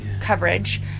coverage